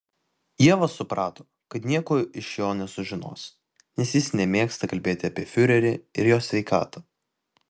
ieva suprato kad nieko iš jo nesužinos nes jis nemėgsta kalbėti apie fiurerį ir jo sveikatą